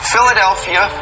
Philadelphia